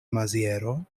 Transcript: maziero